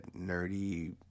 nerdy